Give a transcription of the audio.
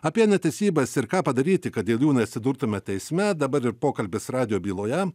apie netesybas ir ką padaryti kad dėl jų neatsidurtume teisme dabar ir pokalbis radijo byloje